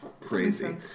crazy